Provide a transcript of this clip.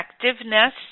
effectiveness